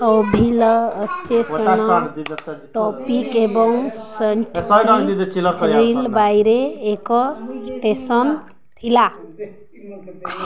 Abbeville Atchison Topeka ଏବଂ Santa Fe ରେଳବାଇର ଏକ ଷ୍ଟେସନ୍ ଥିଲା